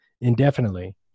indefinitely